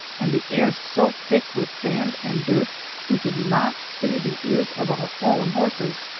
and the air so thick with sand and dirt we could not see the ears of our own horses.